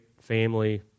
family